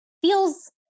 feels